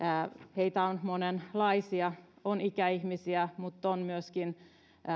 heitä on monenlaisia on ikäihmisiä mutta on myöskin